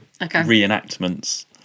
reenactments